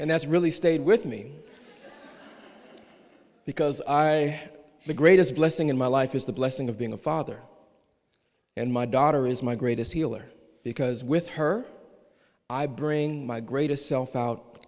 and that's really stayed with me because i the greatest blessing in my life is the blessing of being a father and my daughter is my greatest healer because with her i bring my greatest self out